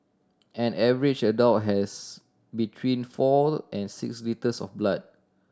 an average adult has between four and six litres of blood